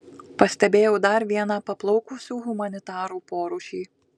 pastebėjau dar vieną paplaukusių humanitarų porūšį